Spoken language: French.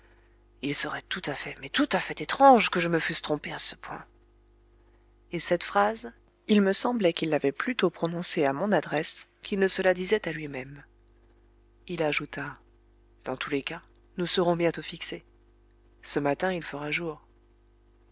il serait tout à fait mais tout à fait étrange que je me fusse trompé à ce point et cette phrase il me semblait qu'il l'avait plutôt prononcée à mon adresse qu'il ne se la disait à lui-même il ajouta dans tous les cas nous serons bientôt fixés ce matin il fera jour